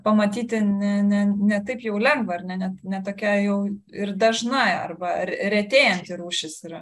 pamatyti ne ne ne taip jau lengva ar ne ne ne tokia jau ir dažna arba re retėjanti rūšis yra